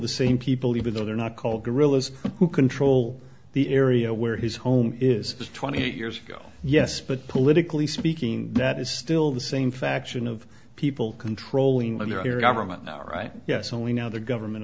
the same people even though they're not called guerrillas who control the area where his home is just twenty years ago yes but politically speaking that is still the same faction of people controlling your government now right yes and we know the government